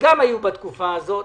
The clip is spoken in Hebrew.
שגם היו בתקופה הזו.